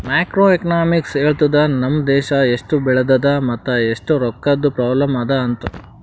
macro economics ಹೇಳ್ತುದ್ ನಮ್ ದೇಶಾ ಎಸ್ಟ್ ಬೆಳದದ ಮತ್ ಎಸ್ಟ್ ರೊಕ್ಕಾದು ಪ್ರಾಬ್ಲಂ ಅದಾ ಅಂತ್